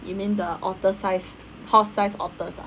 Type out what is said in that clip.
you mean the otter-sized horse size otters ah